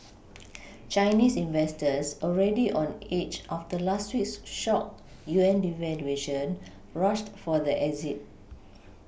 Chinese investors already on edge after last week's shock yuan devaluation rushed for the exit